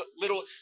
little